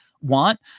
want